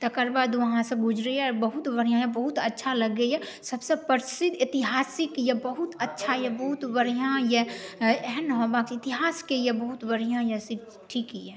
तकर बाद वहाँ से गुजरैए बहुत बढ़िआँ अइ बहुत अच्छा लागैए सबसँ प्रसिद्ध ऐतिहासिक अइ बहुत अच्छा अइ बहुत बढ़िआँ अइ एहन बाबाके इतिहासके अइ बहुत बढ़िआँ अइ ठीक अइ